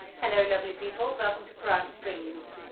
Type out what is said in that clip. hello lovely people, welcome to pro am strings.